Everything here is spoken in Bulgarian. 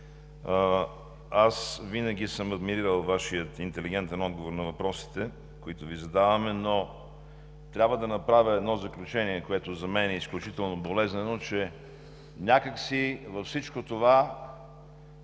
Аз винаги съм адмирирал Вашия интелигентен отговор на въпросите, които Ви задаваме, но трябва да направя едно заключение, което за мен е изключително болезнено, че някак си във всичко това